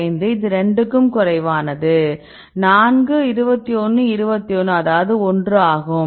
5 இது 2 க்கும் குறைவானது 4 21 21 அதாவது 1 ஆகும்